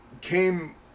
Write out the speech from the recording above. came